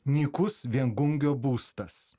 nykus viengungio būstas